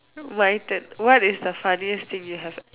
my turn what is the funniest thing you have